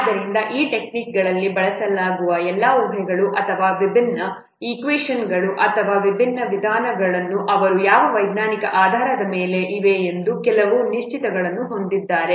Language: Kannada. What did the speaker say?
ಆದ್ದರಿಂದ ಈ ಟೆಕ್ನಿಕ್ಗಳಲ್ಲಿ ಬಳಸಲಾಗುವ ಎಲ್ಲಾ ಊಹೆಗಳು ಅಥವಾ ವಿಭಿನ್ನ ಈಕ್ವೇಷನ್ಗಳು ಅಥವಾ ವಿಭಿನ್ನ ವಿಧಾನಗಳು ಅವರು ಯಾವ ವೈಜ್ಞಾನಿಕ ಆಧಾರದ ಮೇಲೆ ಇವೆ ಎಂಬ ಕೆಲವು ನಿಶ್ಚಿತಗಳನ್ನು ಹೊಂದಿದ್ದಾರೆ